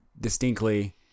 distinctly